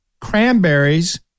cranberries